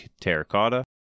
terracotta